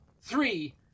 three